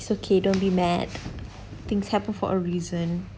it's okay don't be mad things happen for a reason